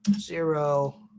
zero